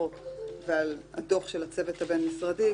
החוק ועל הדוח של הצוות הבין-משרדי.